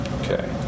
Okay